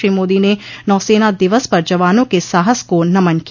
श्री मोदी ने नौसेना दिवस पर जवानों के साहस को नमन किया